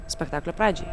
spektaklio pradžiai